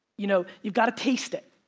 you know, you gotta taste it.